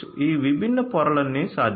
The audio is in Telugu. ఈ విభిన్న పొరలన్నీ సాధ్యమే